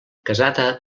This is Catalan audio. casada